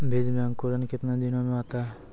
बीज मे अंकुरण कितने दिनों मे आता हैं?